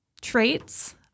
traits